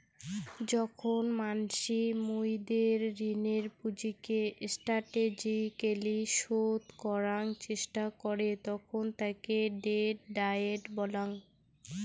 যখন মানসি মুইদের ঋণের পুঁজিকে স্টাটেজিক্যলী শোধ করাং চেষ্টা করে তখন তাকে ডেট ডায়েট বলাঙ্গ